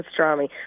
pastrami